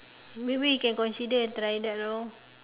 maybe we can consider and try that lor